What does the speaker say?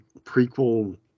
prequel